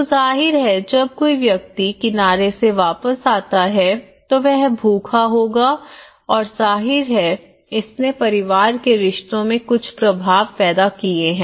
तो जाहिर है जब कोई व्यक्ति किनारे से वापस आता है तो वह भूखा होगा और जाहिर है इसने परिवार के रिश्तों में कुछ प्रभाव पैदा किए हैं